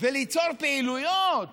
וליצור פעילויות